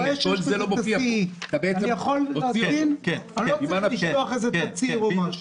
אני לא צריך לשלוח תצהיר.